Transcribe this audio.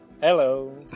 Hello